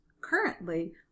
currently